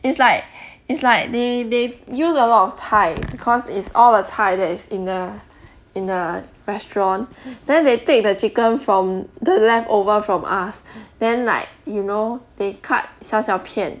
it's like it's like they they use a lot of 菜 cause it's all the 菜 that is in the in the restaurant then they take the chicken from the leftover from us then like you know they cut 小小片